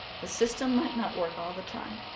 the system might not work all the time,